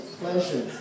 pleasure